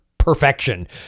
Perfection